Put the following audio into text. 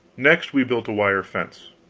next, we built a wire fence.